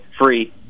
FREE